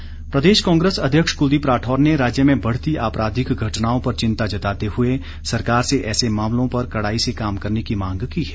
राठौर प्रदेश कांग्रेस अध्यक्ष क्लदीप राठौर ने राज्य में बढ़ती आपराधिक घटनाओं पर चिंता जताते हुए सरकार से ऐसे मामलों पर कड़ाई से काम करने की मांग की है